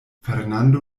fernando